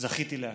זכיתי להכיר.